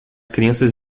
crianças